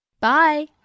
Bye